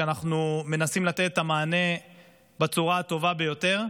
ואנחנו מנסים לתת את המענה בצורה הטובה ביותר,